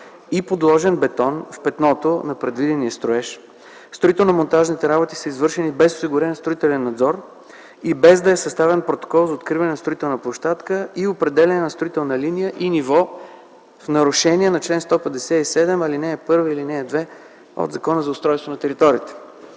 и подложен бетон в петното на предвидения строеж. Строително-монтажните работи са извършени без осигурен строителен надзор и без да е съставен протокол за откриване на строителна площадка и определяне на строителна линия и ниво в нарушение на чл. 157, ал. 1 и ал. 2 от Закона за устройство на територията.